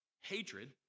Hatred